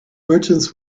merchants